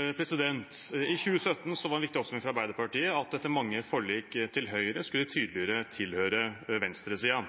I 2017 var en viktig oppsummering fra Arbeiderpartiet at etter mange forlik til høyre skulle de tydeligere tilhøre venstresiden.